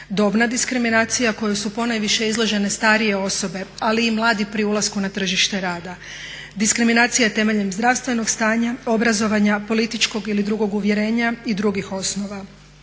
dobna diskriminacija kojoj su ponajviše izložene starije osobe ali i mladi pri ulasku na tržište rada, diskriminacija temeljem zdravstvenog stanja, obrazovanja, političkog ili drugog uvjerenja i drugih osnova.